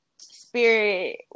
spirit